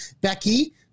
Becky